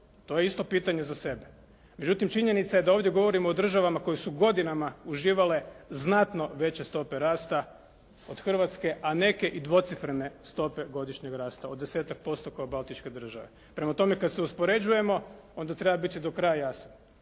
to je isto pitanje za sebe. Međutim činjenica je da ovdje govorimo od državama koje su godinama uživale znatno veće stope rasta od Hrvatske, a neke i dvocifrene stope godišnjeg rasta od 10-tak posto kao baltičke države. Prema tome kada se uspoređujemo onda treba biti do kraj jasan